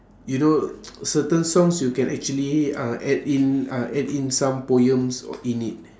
you know certain songs you can actually uh add in uh add in some poems in it